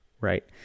right